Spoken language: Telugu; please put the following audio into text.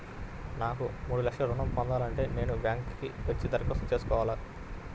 నాకు మూడు లక్షలు ఋణం ను పొందాలంటే నేను బ్యాంక్కి వచ్చి దరఖాస్తు చేసుకోవాలా?